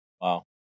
wow